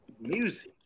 Music